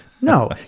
no